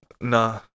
nah